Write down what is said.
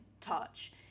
touch